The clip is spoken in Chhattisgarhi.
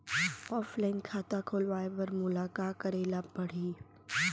ऑफलाइन खाता खोलवाय बर मोला का करे ल परही?